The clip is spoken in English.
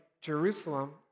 Jerusalem